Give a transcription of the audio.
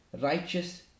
righteous